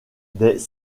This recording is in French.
des